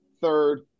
third